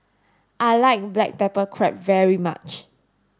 I like black pepper crab very much